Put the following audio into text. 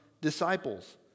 disciples